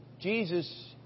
Jesus